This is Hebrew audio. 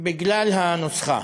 בגלל הנוסחה.